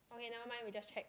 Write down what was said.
okay never mind we just check